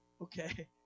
Okay